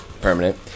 Permanent